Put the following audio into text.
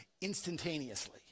instantaneously